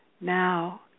Now